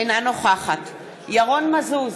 אינה נוכחת ירון מזוז,